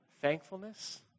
Thankfulness